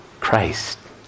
Christ